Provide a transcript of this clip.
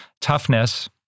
Toughness